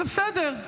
זה בסדר,